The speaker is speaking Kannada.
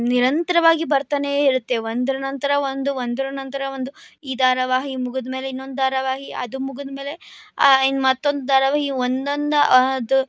ನಿರಂತರವಾಗಿ ಬರ್ತನೇ ಇರುತ್ತೆ ಒಂದರ ನಂತರ ಒಂದು ಒಂದರ ನಂತರ ಒಂದು ಈ ಧಾರಾವಾಹಿ ಮುಗಿದಮೇಲೆ ಇನ್ನೊಂದು ಧಾರಾವಾಹಿ ಅದು ಮುಗಿದಮೇಲೆ ಇನ್ನು ಮತ್ತೊಂದು ಧಾರಾವಾಹಿ ಒಂದೊಂದಾ ಅದು